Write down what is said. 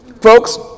Folks